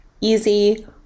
easy